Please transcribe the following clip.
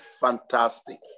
fantastic